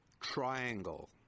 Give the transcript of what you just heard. triangle